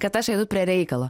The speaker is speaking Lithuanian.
kad aš einu prie reikalo